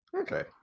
okay